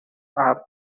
are